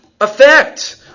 effect